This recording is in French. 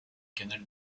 canal